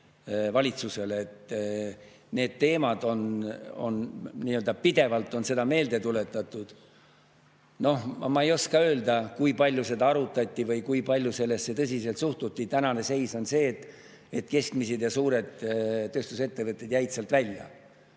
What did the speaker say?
Seda teemat on pidevalt meelde tuletatud. Ma ei oska öelda, kui palju seda arutati või kui palju sellesse tõsiselt suhtuti. Tänane seis on see, et keskmised ja suured tööstusettevõtted jäid sealt välja.